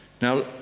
now